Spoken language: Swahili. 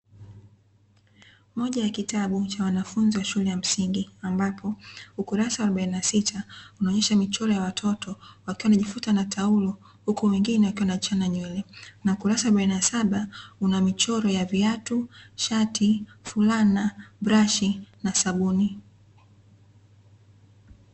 Moja ya kitabu cha wanafunzi wa shule ya msingi, ambapo ukurasa wa arobaini na sita unaonesha michoro ya watoto wakiwa wanajifuta na taulo huku wengine wakiwa wanachana nywele. Na ukurasa wa arobaini na saba una michoro ya: viatu, shati, fulana, brashi na sabuni.